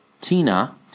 Tina